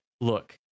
look